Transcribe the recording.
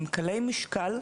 הם קלי משקל,